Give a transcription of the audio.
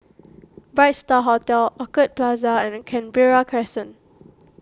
Bright Star Hotel Orchid Plaza and Canberra Crescent